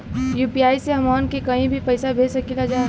UPI से हमहन के कहीं भी पैसा भेज सकीला जा?